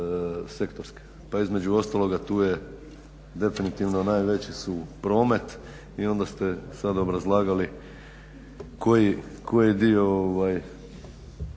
pa između ostaloga tu je definitivno najveći su promet i onda ste sad obrazlagali koji dio